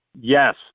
yes